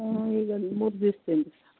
ಹ್ಞೂ ಈಗ ಮೂರು ದಿವ್ಸದಿಂದ ಸರ್